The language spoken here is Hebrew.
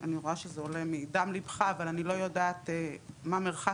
אני רואה שזה עולה מדם לבך אבל אני לא יודעת מה מרחק